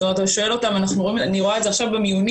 זאת אומרת אני רואה את זה עכשיו במיונים